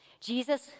Jesus